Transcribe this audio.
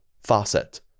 faucet